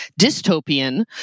dystopian